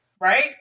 right